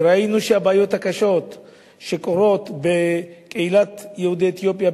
וראינו שהבעיות הקשות שקורות בקהילת יהודי אתיופיה,